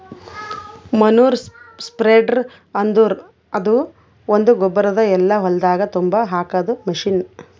manure spreader ಅಂದುರ್ ಅದು ಒಂದು ಗೊಬ್ಬರ ಎಲ್ಲಾ ಹೊಲ್ದಾಗ್ ತುಂಬಾ ಹಾಕದ್ ಮಷೀನ್